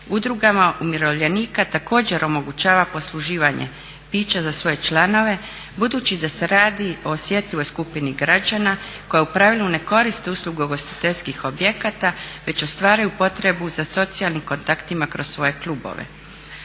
Udrugama umirovljenika također omogućava posluživanje pića za svoje članove budući da se radi o osjetljivoj skupini građana koja u pravilu ne koristi usluge ugostiteljskih objekata već ostvaraju potrebu za socijalnim kontaktima kroz svoje klubove.